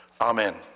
Amen